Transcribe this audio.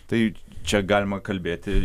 tai čia galima kalbėti